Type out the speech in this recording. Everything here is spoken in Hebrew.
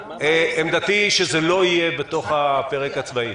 עמדתי היא שזה לא יהיה בתוך הפרק הצבאי,